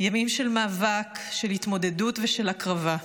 ימים של מאבק, של התמודדות ושל הקרבה.